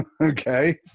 Okay